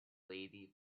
lady